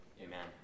Amen